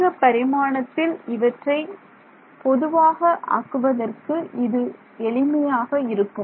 அதிக பரிமாணத்தில் இவற்றை பொதுவாக ஆக்குவதற்கு இது எளிமையாக இருக்கும்